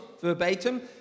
verbatim